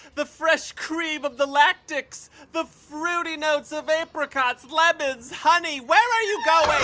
the fresh cream of the lactics, the fruity notes of apricots, lemons, honey. where are you going?